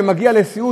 כשזה מגיע לסיעוד,